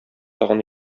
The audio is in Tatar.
тагын